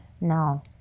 No